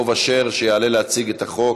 אפשר להוסיף אותי?